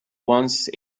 once